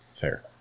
Fair